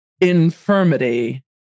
infirmity